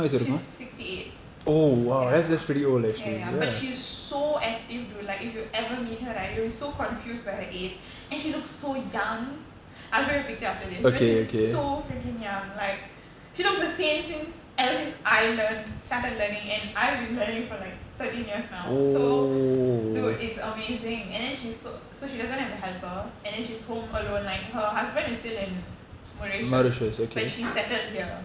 she's sixty eight ya ya ya but she's so active dude like if you ever meet her right you will be so confused by her age and she looks so young I'll show you a picture after this but she's so freaking young like she looks the same since ever since I learnt started learning and I've been learning for like thirteen years now so dude it's amazing and then she's so she doesn't have a helper and then she's home alone like her husband is still in mauritius but she settled here